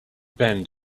bend